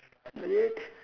next